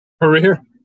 career